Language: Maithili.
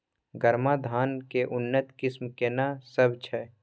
गरमा धान के उन्नत किस्म केना सब छै?